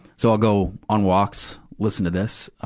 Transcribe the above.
so i'll go on walks, listen to this.